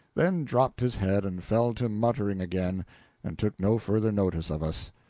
then dropped his head and fell to muttering again and took no further notice of us.